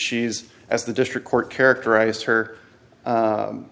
she's as the district court characterized her